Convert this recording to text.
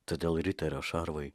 todėl riterio šarvai